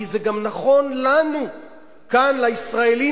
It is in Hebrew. כי זה גם נכון לנו כאן לישראלים,